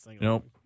Nope